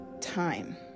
time